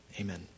Amen